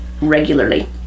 regularly